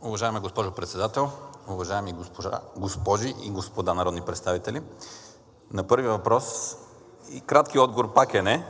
Уважаема госпожо Председател, уважаеми госпожи и господа народни представители, на първия въпрос краткият отговор пак е не,